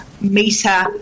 Meter